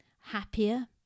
happier